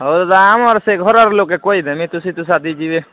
ହଉ ଦାଦା ଆମର ସେ ଘରର୍ ଲୋକେ କହିଦେମି ତୋ ସାଥୀ ଯିବେ